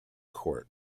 court